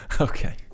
okay